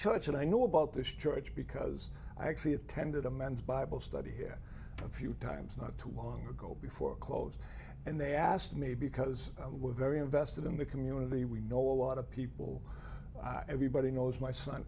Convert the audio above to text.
church and i knew about this church because i actually attended a men's bible study here a few times not too long ago before it closed and they asked me because we're very invested in the community we know a lot of people i've every body knows my son